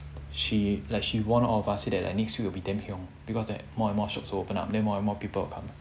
she she like warn all of us that like next week will be damn hiong because more and more shops will open up their more and more will people come